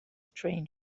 strange